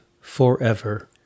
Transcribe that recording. forever